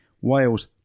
Wales